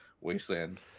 wasteland